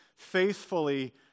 faithfully